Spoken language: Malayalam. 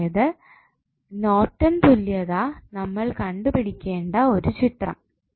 അതായത് നോർട്ടൺ തുല്യതാ നമ്മൾ കണ്ടുപിടിക്കേണ്ട ഒരു ചിത്രം